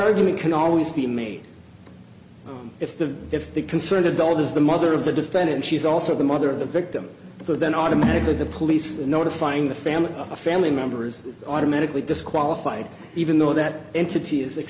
argument can always be made if the if the concerned adult is the mother of the defendant she's also the mother of the victim so then automatically the police and notifying the family of a family members automatically disqualified even though that entity is